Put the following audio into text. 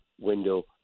Window